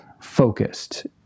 focused